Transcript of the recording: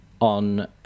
on